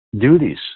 duties